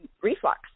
reflux